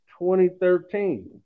2013